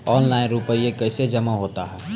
Online रुपये कैसे जमा होता हैं?